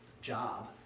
job